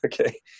okay